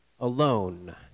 alone